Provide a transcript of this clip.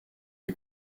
est